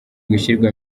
gushyirwa